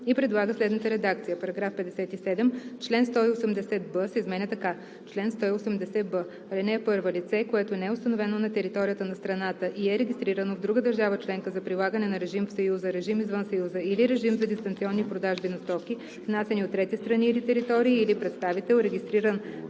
и предлага следната редакция: „§ 57. Член 180б се изменя така: „Чл. 180б. (1) Лице, което не е установено на територията на страната и е регистрирано в друга държава членка за прилагане на режим в Съюза, режим извън Съюза или режим за дистанционни продажби на стоки, внасяни от трети страни или територии, или представител, регистриран